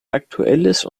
aktuelles